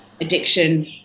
addiction